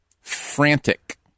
Frantic